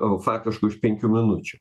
o faktiškai už penkių minučių